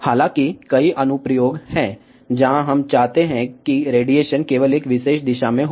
हालांकि कई अनुप्रयोग हैं जहां हम चाहते हैं कि रेडिएशन केवल एक विशेष दिशा में हो